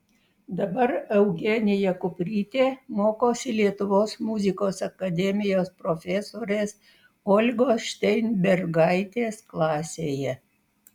dabar eugenija kuprytė mokosi lietuvos muzikos akademijos profesorės olgos šteinbergaitės klasėje